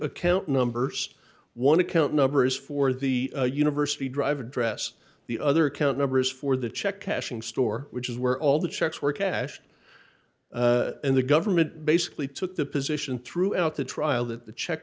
account numbers one account numbers for the university dr address the other account numbers for the check cashing store which is where all the checks were cashed in the government basically took the position throughout the trial that the check